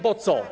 Bo co?